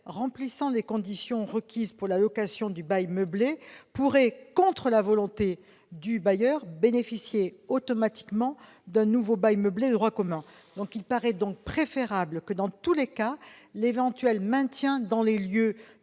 remplissant les conditions requises pour la location du bail meublé pourrait, contre la volonté du bailleur, bénéficier automatiquement d'un nouveau bail meublé de droit commun. Il paraît donc préférable que, dans tous les cas, l'éventuel maintien dans les lieux